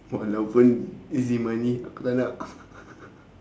walaupun easy money aku taknak